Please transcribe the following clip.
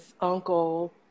Uncle